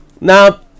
Now